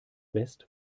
west